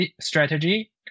strategy